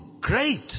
great